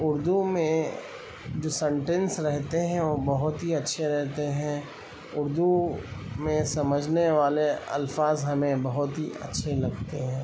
اردو میں جو سنٹینس رہتے ہیں وہ بہت ہی اچھے رہتے ہیں اردو میں سمجھنے والے الفاظ ہمیں بہت ہی اچھے لگتے ہیں